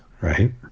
Right